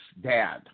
dad